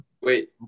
Wait